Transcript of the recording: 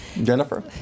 Jennifer